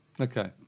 Okay